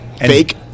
fake